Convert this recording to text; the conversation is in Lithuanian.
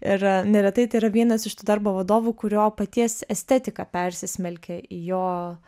ir neretai tai yra vienas iš tų darbo vadovų kurio paties estetika persismelkia į jo